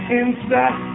inside